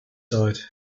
side